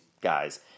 guys